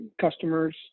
customers